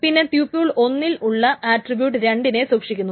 പിന്നെ ട്യൂപുൾ 1 ൽ ഉള്ള ആട്രിബ്യൂട്ട് 2നെ സൂക്ഷിക്കുന്നു